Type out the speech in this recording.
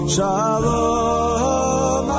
Shalom